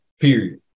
period